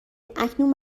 اکنون